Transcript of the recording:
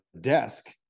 desk